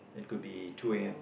it could be two A_M